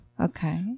Okay